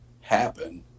happen